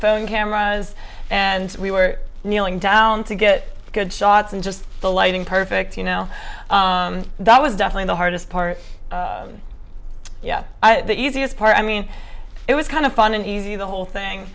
phone cameras and we were kneeling down to get a good shots and just the lighting perfect you know that was definitely the hardest part yeah the easiest part i mean it was kind of fun and easy the whole thing